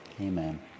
Amen